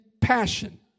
passion